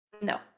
No